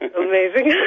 amazing